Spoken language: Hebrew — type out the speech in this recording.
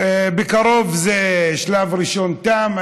בקרוב זה, שלב ראשון תם.